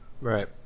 Right